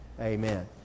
amen